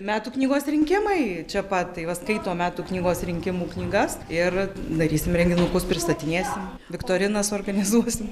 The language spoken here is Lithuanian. metų knygos rinkimai čia pat tai juos skaito metų knygos rinkimų knygas ir darysim renginukus pristatinėsim viktorinas organizuosim